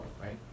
right